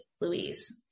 Louise